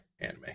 anime